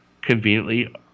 conveniently